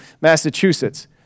Massachusetts